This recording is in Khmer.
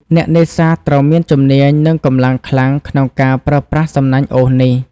អ្នកនេសាទត្រូវមានជំនាញ និងកម្លាំងខ្លាំងក្នុងការប្រើប្រាស់សំណាញ់អូសនេះ។